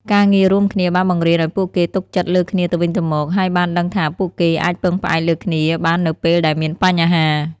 ការងាររួមគ្នាបានបង្រៀនឱ្យពួកគេទុកចិត្តលើគ្នាទៅវិញទៅមក ហើយបានដឹងថាពួកគេអាចពឹងផ្អែកលើគ្នាបាននៅពេលដែលមានបញ្ហា។